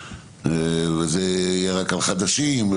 וזה יהיה רק על חדשים,